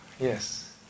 Yes